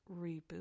Reboot